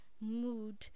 mood